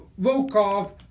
Volkov